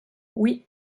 oui